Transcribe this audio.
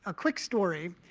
ah quick story